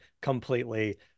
completely